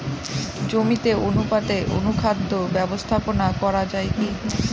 জমিতে অনুপাতে অনুখাদ্য ব্যবস্থাপনা করা য়ায় কি?